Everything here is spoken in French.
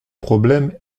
problème